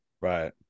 right